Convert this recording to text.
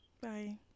Bye